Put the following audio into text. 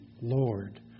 Lord